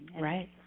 Right